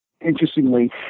interestingly